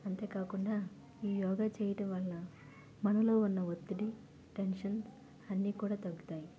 అంతేకాకుండా ఈ యోగా చేయడం వలన మనలో ఉన్న ఒత్తిడి టెన్షన్స్ అన్నీ కూడా తగ్గుతాయి